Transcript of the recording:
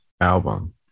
album